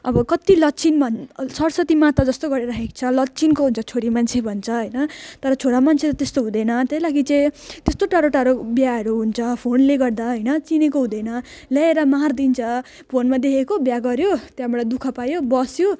अब कति लक्षिन भने सरस्वती माता जस्तो गरेर राखेको छ लक्षिनको हुन्छ छोरी मान्छे भन्छ होइन तर छोरा मान्छेहरू त्यस्तो हुँदैन त्यही लागि चाहिँ त्यस्तो टाढो टाढो बिहाहरू हुन्छ फोनले गर्दा होइन चिनेको हुँदैन ल्याएर मारिदिन्छ फोनमा देखेको बिहा गर्यो त्यहाँबाट दुःख पायो बस्यो